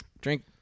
Drink